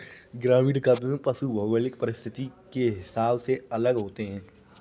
ग्रामीण काव्य में पशु भौगोलिक परिस्थिति के हिसाब से अलग होते हैं